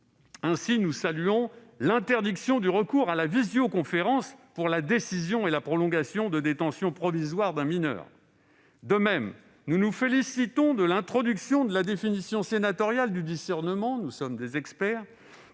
Ainsi, nous saluons l'interdiction du recours à la visioconférence pour la décision et la prolongation de la détention provisoire d'un mineur. De même, nous nous félicitons de l'introduction de la définition « sénatoriale » du discernement - nous sommes des experts